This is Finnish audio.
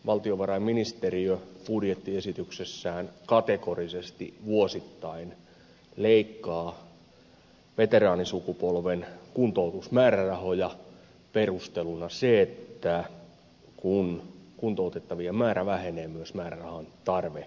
valtiovarainministeriö budjettiesityksessään kategorisesti vuosittain leikkaa veteraanisukupolven kuntoutusmäärärahoja perusteluna se että kun kuntoutettavien määrä vähenee myös määrärahan tarve vähenee